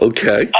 Okay